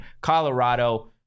Colorado